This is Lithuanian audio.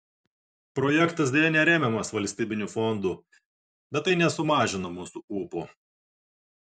projektas deja neremiamas valstybinių fondų bet tai nesumažino mūsų ūpo